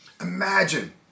Imagine